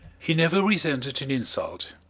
he never resented an insult.